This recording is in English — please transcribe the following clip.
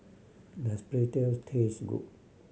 does Pretzel taste good